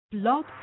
Blog